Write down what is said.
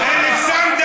אלכסנדר